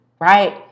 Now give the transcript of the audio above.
Right